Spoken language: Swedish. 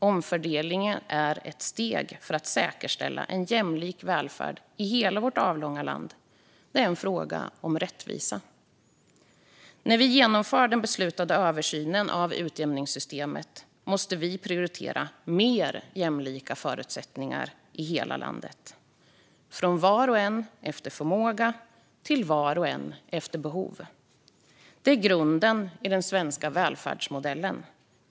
Omfördelningen är ett steg för att säkerställa en jämlik välfärd i hela vårt avlånga land. Det är en fråga om rättvisa. När vi genomför den beslutade översynen av utjämningssystemet måste vi prioritera mer jämlika förutsättningar i hela landet: Från var och en efter förmåga, till var och en efter behov. Det är grunden i den svenska välfärdsmodellen.